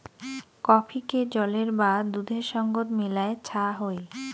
কফিকে জলের বা দুধের সঙ্গত মিলায় ছা হই